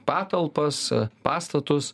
patalpas pastatus